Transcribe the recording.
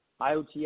IoT